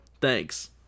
Thanks